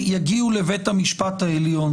יגיעו להרכב לא מאוזן.